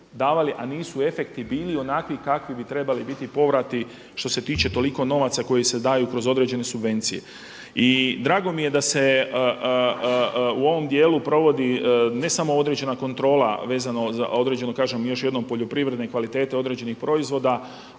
a nisu efekti bili onakvi kakvi bi trebali biti povrati što se tiče toliko novaca koji se daju kroz određene subvencije. I drago mi je da se u ovom dijelu provodi ne samo određena kontrola vezano za određenu, kažem još jednom poljoprivredne kvalitete određenih proizvoda.